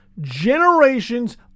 generations